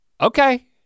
Okay